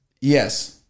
Yes